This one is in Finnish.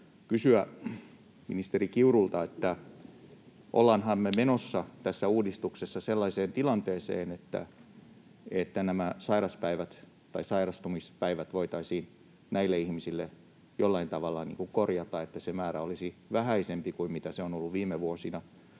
haluaisinkin kysyä ministeri Kiurulta: ollaanhan me menossa tässä uudistuksessa sellaiseen tilanteeseen, että nämä sairastumispäivät näillä ihmisillä voitaisiin jollain tavalla korjata, että se määrä olisi vähäisempi kuin mitä se on ollut viime vuosina?